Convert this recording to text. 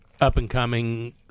up-and-coming